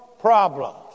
problems